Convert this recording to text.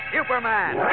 Superman